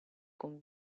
con